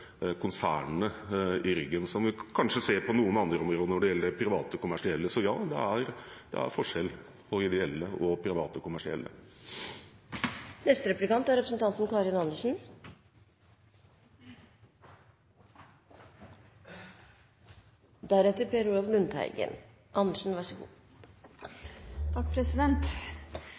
konsernene i ryggen som vi kanskje ser på noen andre områder når det gjelder private kommersielle. Så ja, det er forskjell på ideelle og private kommersielle. Ut fra innstillingen og det som regjeringen har lagt på bordet i behandlingen av denne saken, er